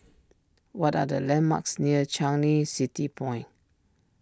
what are the landmarks near Changi City Point